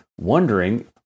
wondering